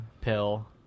Pill